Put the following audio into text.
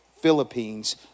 philippines